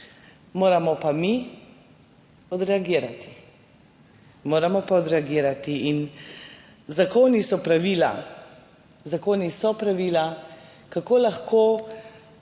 moramo pa mi odreagirati. Moramo pa odreagirati. Zakoni so pravila. Zakoni so pravila, kako lahko